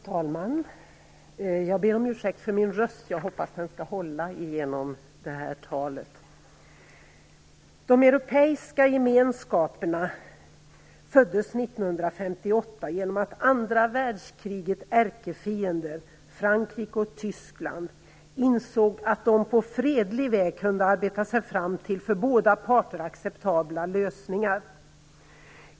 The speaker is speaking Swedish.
Fru talman! Jag ber om ursäkt för min röst, men jag hoppas att den skall hålla under detta tal. De europeiska gemenskaperna föddes 1958 genom att andra världskrigets ärkefiender Frankrike och Tyskland insåg att de på fredlig väg kunde arbeta sig fram till för båda parter acceptabla lösningar.